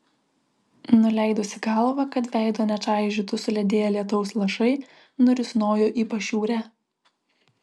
nuleidusi galvą kad veido nečaižytų suledėję lietaus lašai nurisnojo į pašiūrę